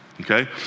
okay